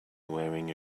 wearing